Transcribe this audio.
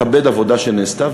לכבד עבודה שנעשתה,